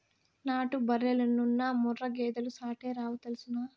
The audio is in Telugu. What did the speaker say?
నాటు బర్రెలెన్నున్నా ముర్రా గేదెలు సాటేరావు తెల్సునా